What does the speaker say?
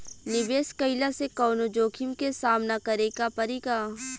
निवेश कईला से कौनो जोखिम के सामना करे क परि का?